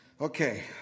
Okay